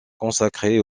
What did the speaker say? consacrer